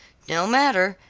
no matter,